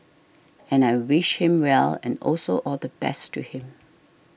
and I wished him well and also all the best to him